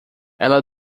ela